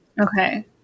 Okay